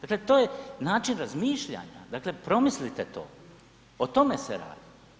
Dakle, to je način razmišljanja, dakle promislite to, o tome se radi.